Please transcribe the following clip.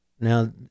now